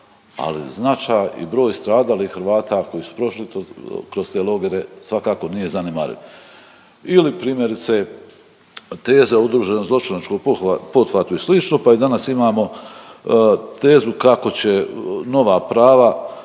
ali značaj i broj stradalih Hrvata koji su prošli kroz te logore svakako nije zanemariv. Ili primjerice teza udruženog zločinačkog pothvatu i slično, pa i danas imamo tezu kako će nova prava